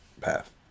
path